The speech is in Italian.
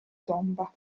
tomba